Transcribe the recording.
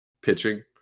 pitching